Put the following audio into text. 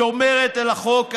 שומרת על החוק והסדר.